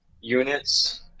units